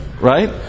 right